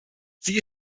sie